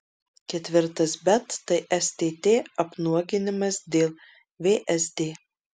ketvirtas bet tai stt apnuoginimas dėl vsd